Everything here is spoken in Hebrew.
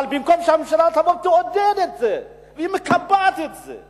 אבל במקום שהממשלה תעודד את זה, היא מקבעת את זה.